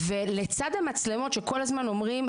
לצד המצלמות שכל הזמן מדברים עליהן,